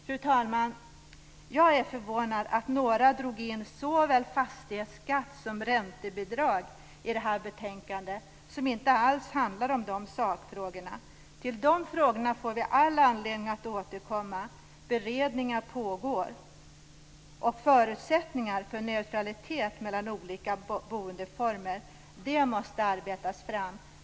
Fru talman! Jag är förvånad att några talare drog in såväl fastighetsskatt som räntebidrag i debatten om det här betänkandet, som inte alls handlar om de sakfrågorna. Till de frågorna får vi all anledning att återkomma eftersom beredningar pågår. Förutsättningar för neutralitet mellan olika boendeformer måste arbetas fram.